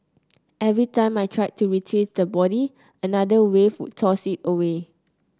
every time I tried to retrieve the body another wave would toss it away